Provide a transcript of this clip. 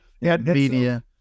Media